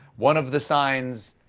one of the signs